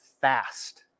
fast